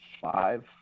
five